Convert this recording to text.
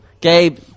Gabe